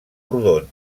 rodon